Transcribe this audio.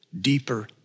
deeper